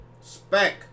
Spec